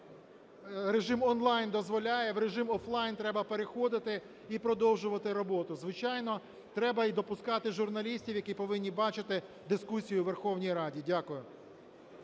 режим онлайн дозволяє, в режим офлайн треба переходити і продовжувати роботу. Звичайно, треба і допускати журналістів, які повинні бачити дискусію у Верховній Раді. Дякую.